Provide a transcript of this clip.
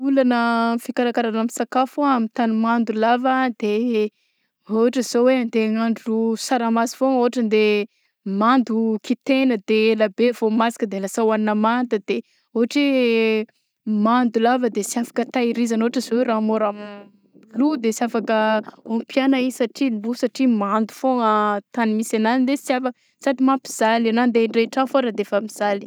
Olana amin'ny fikarakarana amin'ny sakafo amin'ny tany mando lava de ôhatra zao hoe andeha agnandro saramaso foagna ôhatra de mando kitegna de ela be vao masaka de lasa hohagnina manta de ôhatra hoe mando lava de sy afaka tahirizina ôhatra zao raha môra lo de sy afaka ompiagna izy satria lo satria mando foagna tany misy agnazy de sy afaka sady mampijaly na andeha andrehitr'afo ary de efa mijaly.